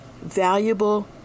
valuable